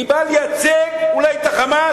היא אולי באה לייצג את ה"חמאס",